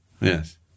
Yes